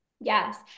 Yes